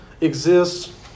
exists